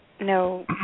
no